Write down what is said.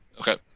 Okay